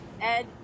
Ed